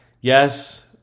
yes